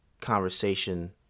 conversation